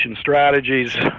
strategies